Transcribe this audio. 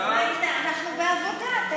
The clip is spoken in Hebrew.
אנחנו בעבודה.